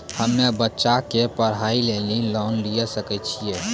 हम्मे बच्चा के पढ़ाई लेली लोन लिये सकय छियै?